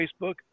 Facebook